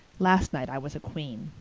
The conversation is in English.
last night i was a queen.